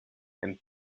and